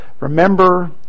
Remember